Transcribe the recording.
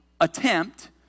attempt